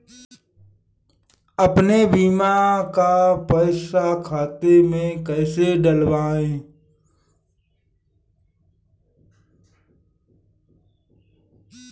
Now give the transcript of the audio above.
अपने बीमा का पैसा खाते में कैसे डलवाए?